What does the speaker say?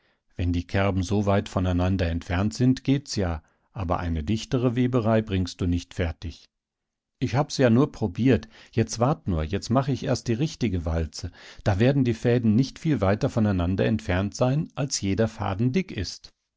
wenn die kerben so weit voneinander entfernt sind geht's ja aber eine dichtere weberei bringst du nicht fertig ich hab's ja nur probiert jetzt wart nur jetzt mach ich erst die richtige walze da werden die fäden nicht viel weiter voneinander entfernt sein als jeder faden dick ist